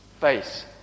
face